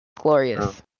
glorious